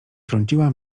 trąciła